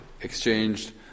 exchanged